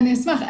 אני אשמח,